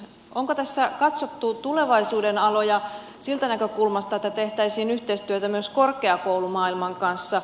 onko tässä katsottu tulevaisuudenaloja siitä näkökulmasta että tehtäisiin yhteistyötä myös korkeakoulumaailman kanssa